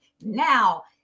Now